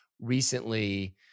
recently